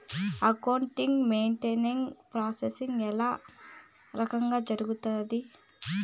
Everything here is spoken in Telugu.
అకౌంటింగ్ మేనేజ్మెంట్ ప్రాసెస్ ఏ రకంగా జరుగుతాది